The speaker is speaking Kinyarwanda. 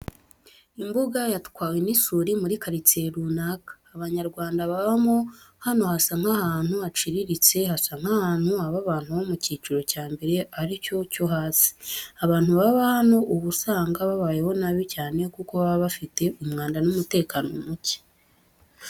Imbuga yatwawe n'isuri muri karitsiye runaka Abanyarwanda babamo, hano hasa nk'ahantu haciriritse, hasa nk'ahantu haba abantu bo mu cyiciro cya mbere ari cyo cyo hasi. Abantu baba hano uba usanga babayeho nabi cyane kuko baba bafite umwanda n'umutekano muke.